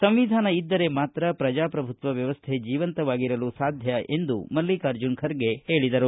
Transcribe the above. ಸಂವಿಧಾನ ಇದ್ದರೆ ಮಾತ್ರ ಪ್ರಜಾಪ್ರಭುತ್ವ ವ್ಯವಸ್ಥೆ ಜೀವಂತವಾಗಿರಲು ಸಾಧ್ಯ ಎಂದು ಅವರು ಹೇಳಿದರು